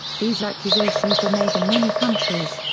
these accusations were made in many countries,